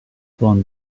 blown